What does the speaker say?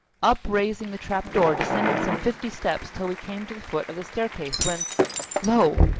up raising the trap door, descended some fifty steps till we came to the foot of the staircase when lo!